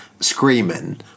screaming